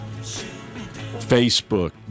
Facebook